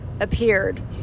appeared